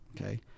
Okay